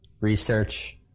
research